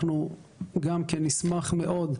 נשמח מאוד,